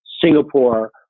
Singapore